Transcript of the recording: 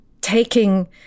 taking